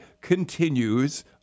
continues